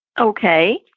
Okay